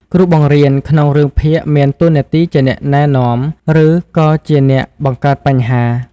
គ្រូបង្រៀន ក្នុងរឿងភាគមានតួនាទីជាអ្នកណែនាំ ឬក៏ជាអ្នកបង្កើតបញ្ហា។